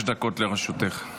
דקות לרשותך.